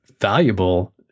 valuable